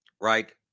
Right